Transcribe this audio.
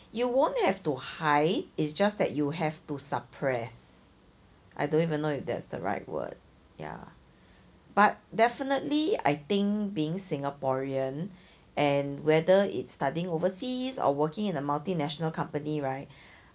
you won't have to hide it's just that you have to suppress I don't even know if that's the right word ya but definitely I think being singaporean and whether it's studying overseas or working in a multinational company right